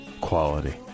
quality